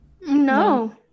No